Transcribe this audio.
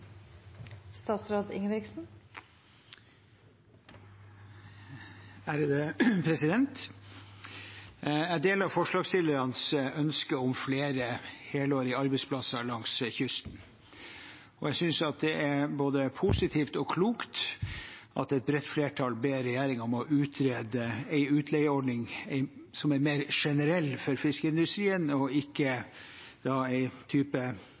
Jeg deler forslagsstillernes ønske om flere helårige arbeidsplasser langs kysten, og jeg synes at det er både positivt og klokt at et bredt flertall ber regjeringen om å utrede en utleieordning som er mer generell for fiskeindustrien, og ikke en type